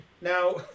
Now